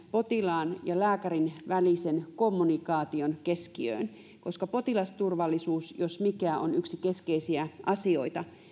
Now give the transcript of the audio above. potilaan ja lääkärin välisen kommunikaation koska potilasturvallisuus jos mikä on yksi keskeisiä asioita